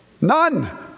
None